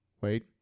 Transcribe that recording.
wait